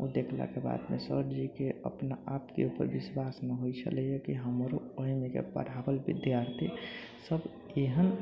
ओ देखला के बाद मे सर जी के अपना आप के ऊपर विश्वास न होइ छलै कि हमरो पढ़ाओल विद्यार्थी सब एहन